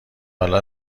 حالا